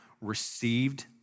received